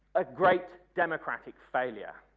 a great democratic failure.